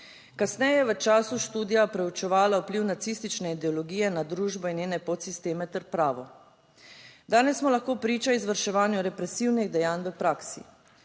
kasneje v času študija preučevala vpliv nacistične ideologije na družbo in njene podsisteme ter pravo. Danes smo lahko priča izvrševanju represivnih dejanj v praksi.